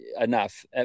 enough